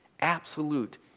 absolute